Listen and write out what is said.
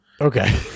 Okay